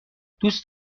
دوست